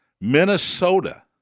Minnesota